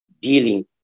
dealing